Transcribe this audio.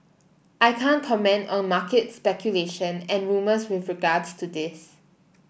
I can't comment on market speculation and rumours with regards to this